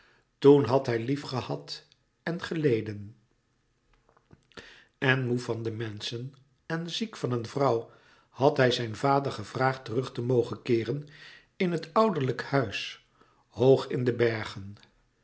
toen had hij liefgehad en geleden en moê van de menschen en ziek van een vrouw had hij zijn vader gevraagd terug te mogen keeren in het ouderlijk huis hoog in de bergen